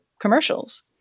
commercials